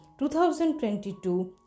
2022